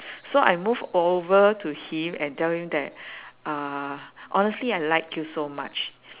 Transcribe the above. so I move over to him and tell him that uh honestly I like you so much